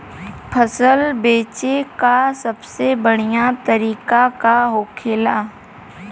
फसल बेचे का सबसे बढ़ियां तरीका का होखेला?